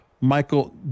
Michael